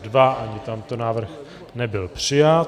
Ani tento návrh nebyl přijat.